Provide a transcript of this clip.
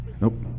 Nope